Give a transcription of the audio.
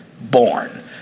born